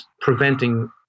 preventing